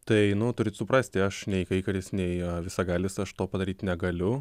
tai nu turit suprasti aš nei kaikaris nei visagalis aš to padaryt negaliu